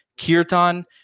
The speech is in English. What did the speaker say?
Kirtan